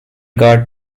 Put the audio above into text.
guard